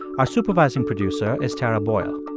our supervising producer is tara boyle.